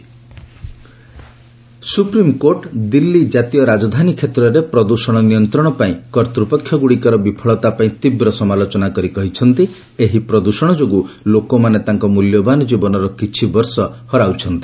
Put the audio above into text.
SC AR pollution supreme court Delhi ଜାତୀୟ ରାଜଧାନୀ କ୍ଷେତ୍ରରେ ପ୍ରଦୃଷଣ ନିୟନ୍ତ୍ରଣ ପାଇଁ କର୍ତ୍ତ୍ୱପକ୍ଷଗୁଡ଼ିକର ବିଫଳତା ପାଇଁ ତୀବ୍ର ସମାଲୋଚନା କରି କହିଛନ୍ତି ଏହି ପ୍ରଦୃଷଣ ଯୋଗୁଁ ଲୋକମାନେ ତାଙ୍କ ମୂଲ୍ୟବାନ ଜୀବନର କିଛି ବର୍ଷ ହରଉଛନ୍ତି